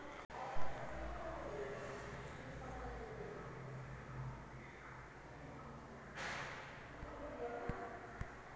बहुत मशक्कतेर बाद बैंक स उत्तोलन ऋण मिलील छ